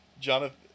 Jonathan